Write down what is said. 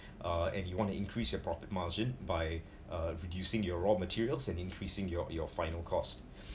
uh and you want to increase your profit margin by uh reducing your raw materials and increasing your your final course